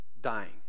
dying